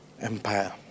empire